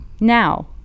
now